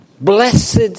blessed